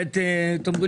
התאמה